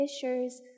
fishers